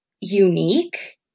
unique